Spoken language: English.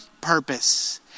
purpose